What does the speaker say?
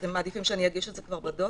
אתם מעדיפים שאני אגיש את זה כבר בדוח?